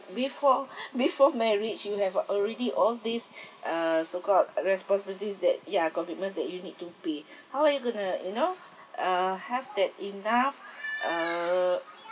before before marriage you have already all these uh so called responsibilities that ya commitments that you need to pay how are you going to you know uh have that enough uh